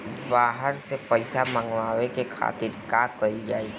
बाहर से पइसा मंगावे के खातिर का कइल जाइ?